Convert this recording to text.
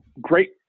Great